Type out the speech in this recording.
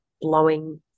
blowing